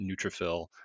neutrophil